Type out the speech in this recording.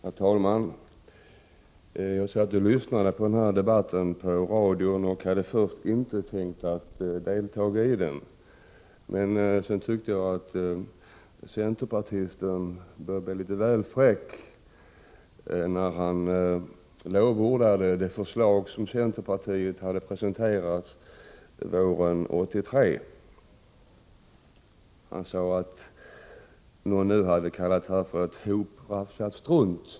Herr talman! Jag satt och lyssnade på debatten i radion. Först hade jag inte tänkt delta i den, men sedan tyckte jag att centerpartisten började bli litet väl fräck när han lovordade det förslag som centerpartiet hade presenterat våren 1983. Han sade att någon hade kallat det för ett hoprafsat strunt.